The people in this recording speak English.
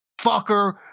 fucker